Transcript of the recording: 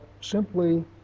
simply